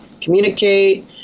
communicate